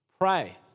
pray